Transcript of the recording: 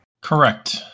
Correct